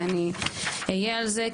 ואני אהיה על זה.